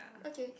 okay